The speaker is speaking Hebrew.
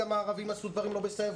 גם הערבים עשו דברים לא בסדר,